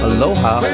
Aloha